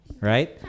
right